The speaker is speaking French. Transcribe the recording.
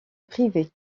privé